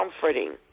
comforting